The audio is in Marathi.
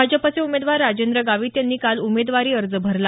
भाजपचे उमेदवार राजेंद्र गावित यांनी काल उमेदवारी अर्ज भरला